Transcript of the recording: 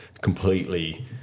completely